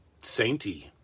sainty